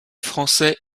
français